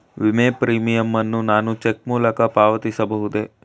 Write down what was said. ವಿಮೆ ಪ್ರೀಮಿಯಂ ಅನ್ನು ನಾನು ಚೆಕ್ ಮೂಲಕ ಪಾವತಿಸಬಹುದೇ?